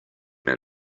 man